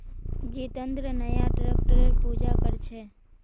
जितेंद्र नया ट्रैक्टरेर पूजा कर छ